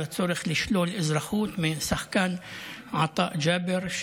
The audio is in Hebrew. הצורך לשלול אזרחות מהשחקן עטאא ג'אבר,